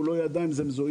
הוא לא ידע אם זה מזויף,